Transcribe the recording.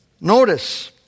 Notice